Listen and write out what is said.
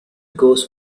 goes